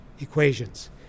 equations